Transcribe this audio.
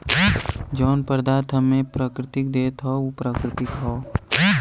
जौन पदार्थ हम्मे प्रकृति देत हौ उ प्राकृतिक हौ